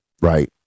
right